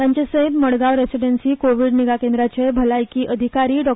तांचे सयत Madgaon residency Covid निगा केंद्राचे भलायकी अधिकारी डॉ